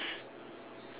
pants